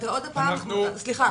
סליחה.